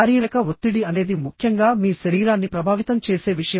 శారీరక ఒత్తిడి అనేది ముఖ్యంగా మీ శరీరాన్ని ప్రభావితం చేసే విషయం